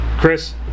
Chris